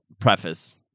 preface